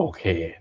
Okay